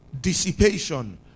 dissipation